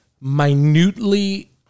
minutely